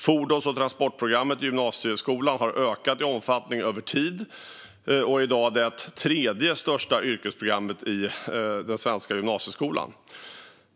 Fordons och transportprogrammet i gymnasieskolan har ökat i omfattning över tid och är i dag det tredje största yrkesprogrammet i den svenska gymnasieskolan.